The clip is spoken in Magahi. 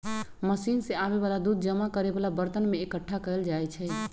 मशीन से आबे वाला दूध जमा करे वाला बरतन में एकट्ठा कएल जाई छई